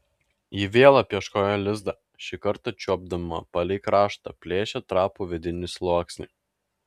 ji vėl apieškojo lizdą šį kartą čiuopdama palei kraštą plėšė trapų vidinį sluoksnį